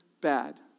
bad